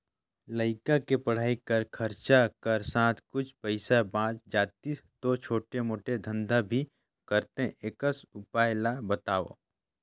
लइका के पढ़ाई कर खरचा कर साथ कुछ पईसा बाच जातिस तो छोटे मोटे धंधा भी करते एकस उपाय ला बताव?